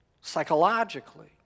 psychologically